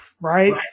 right